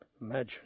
imagine